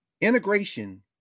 integration